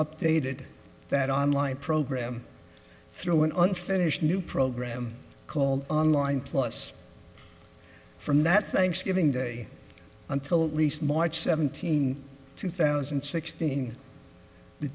updated that online program through an unfinished new program called online plus from that thanksgiving day until at least march seventeenth two thousand and sixteen the